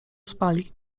spali